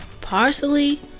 parsley